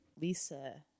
Lisa